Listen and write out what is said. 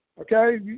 Okay